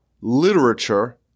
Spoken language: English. literature